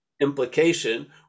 implication